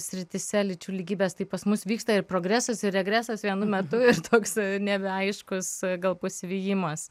srityse lyčių lygybės tai pas mus vyksta ir progresas ir regresas vienu metu ir toks nebeaiškus gal pasivijimas